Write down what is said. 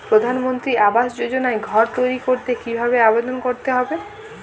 প্রধানমন্ত্রী আবাস যোজনায় ঘর তৈরি করতে কিভাবে আবেদন করতে হবে?